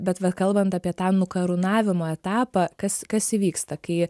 bet vat kalbant apie tą nukarūnavimo etapą kas kas įvyksta kai